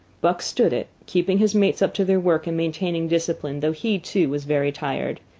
buck stood it, keeping his mates up to their work and maintaining discipline, though he, too, was very tired.